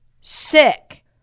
sick